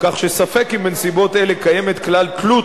כך שספק אם בנסיבות אלה קיימת כלל תלות